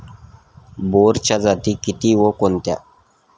बोराच्या जाती किती व कोणत्या?